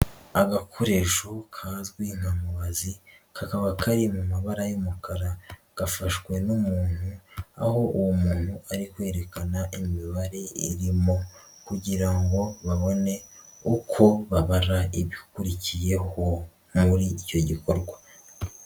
Agakoresho kazwi nka mubazi kakaba kari mu mabara y'umukara, gafashwe n'umuntu aho uwo muntu ari kwerekana imibare irimo kugira ngo babone uko babara ibikurikiyeho muri icyo gikorwa.